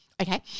Okay